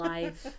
Life